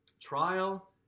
trial